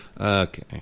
Okay